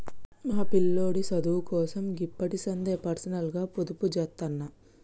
మా పిల్లోడి సదువుకోసం గిప్పడిసందే పర్సనల్గ పొదుపుజేత్తన్న